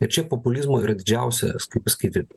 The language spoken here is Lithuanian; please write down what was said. ir čia populizmo yra didžiausias kaip pasakyti